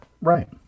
right